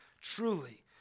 Truly